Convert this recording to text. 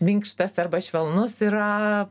minkštas arba švelnus yra